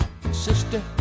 Sister